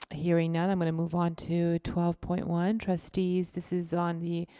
hearing none, i'm gonna move on to twelve point one. trustees, this is on the